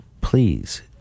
please